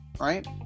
right